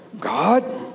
God